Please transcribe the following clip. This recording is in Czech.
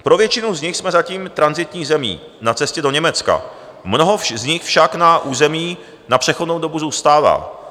Pro většinu z nich jsme zatím tranzitní zemí na cestě do Německa, mnoho z nich však na území na přechodnou dobu zůstává.